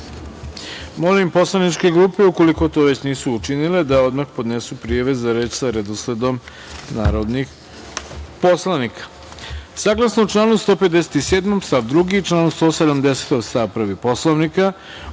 poslaničke grupe, ukoliko to već nisu učinile da odmah podnesu prijave za reč sa redosledom narodnih poslanika. Saglasno